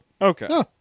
okay